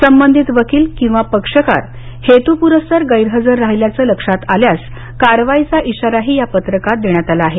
संबंधित वकील किंवा पक्षकार हेतूपुरस्सर गैरहजर राहिल्याचं लक्षात आल्यास कारवाईचा इशाराही या पत्रकात देण्यात आला आहे